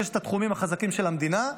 ששת התחומים החזקים של המדינה,